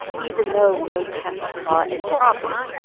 even though no test saw any problem.